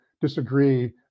disagree